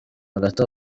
hagati